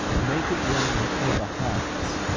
make it reign over hearts.